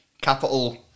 capital